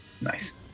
Nice